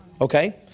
Okay